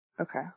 Okay